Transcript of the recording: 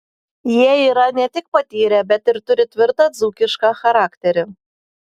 jie yra ne tik patyrę bet ir turi tvirtą dzūkišką charakterį